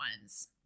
ones